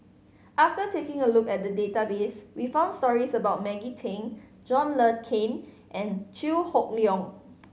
after taking a look at the database we found stories about Maggie Teng John Le Cain and Chew Hock Leong